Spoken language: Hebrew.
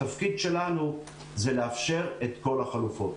התפקיד שלנו זה לאפשר את כל החלופות.